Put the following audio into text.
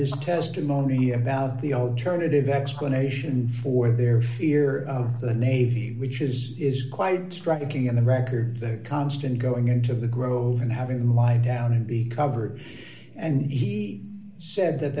his testimony about the alternative explanation for their fear of the navy which is is quite striking on the record the constant going into the grove and having my down and be covered and he said that